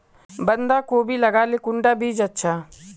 बंधाकोबी लगाले कुंडा बीज अच्छा?